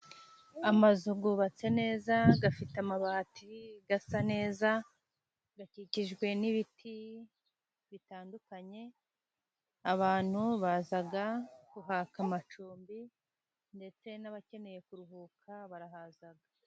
Amazu yubatse neza, afite amabati asa neza, akikijwe n'ibiti bitandukanye, abantu baza kuhaka amacumbi, ndetse n'abakeneye kuruhuka barahaza.